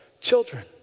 children